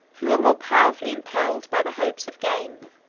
who were more powerfully impelled by the hopes of gain.